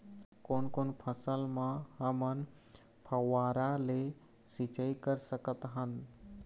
कोन कोन फसल म हमन फव्वारा ले सिचाई कर सकत हन?